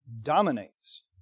dominates